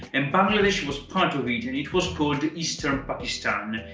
and bangladesh was part of it and it was called eastern pakistan.